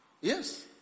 Yes